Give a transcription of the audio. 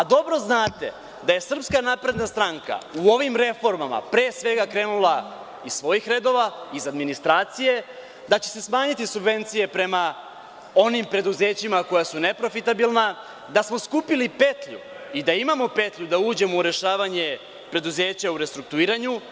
Dobro znate da je SNS u ovim reformama pre svega krenula iz svojih redova iz administracije i da će se smanjiti subvencije prema onim preduzećima koja su neprofitabilna i da smo skupili petlju i da imamo petlju da uđemo u rešavanje preduzeća u restrukturiranju.